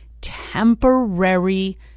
temporary